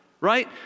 right